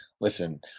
listen